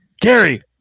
Gary